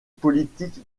politique